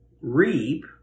reap